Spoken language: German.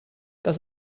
das